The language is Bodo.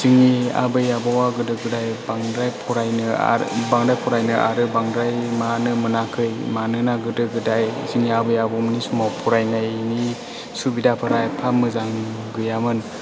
जोंनि आबै आबौआ गोदो गोदाय बांद्राय फरायनो आरो बांद्राय फरायनो आरो बांद्राय मानो मोनाखै मानोना गोदो गोदाय जोंनि आबै आबौमोनि समाव फरायनायनि सुबिदाफोरा एफा मोजां गैयामोन